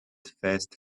fast